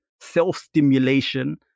self-stimulation